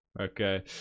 okay